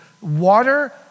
Water